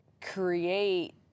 create